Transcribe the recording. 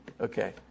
Okay